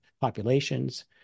populations